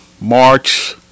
March